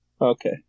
Okay